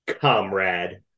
comrade